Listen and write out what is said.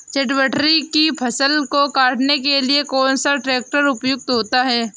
चटवटरी की फसल को काटने के लिए कौन सा ट्रैक्टर उपयुक्त होता है?